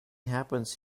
happens